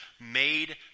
made